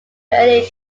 early